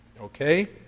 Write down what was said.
Okay